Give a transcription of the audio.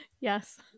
Yes